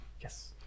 yes